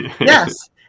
yes